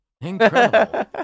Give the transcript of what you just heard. Incredible